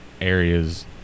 areas